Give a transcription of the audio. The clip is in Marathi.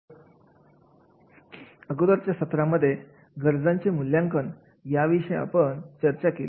तर अगोदरच्या सत्रांमध्ये गरजांचे मूल्यांकन याविषयी आपण चर्चा केली